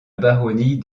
baronnie